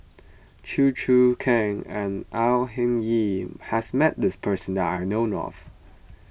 Chew Choo Keng and Au Hing Yee has met this person that I know of